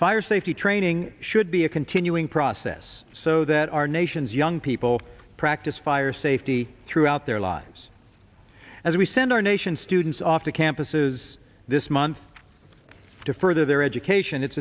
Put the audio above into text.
fire safety training should be a continuing process so that our nation's young people practice fire safety throughout their lives as we send our nation's students off to campuses this month to further their education it's